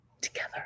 together